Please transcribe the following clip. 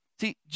See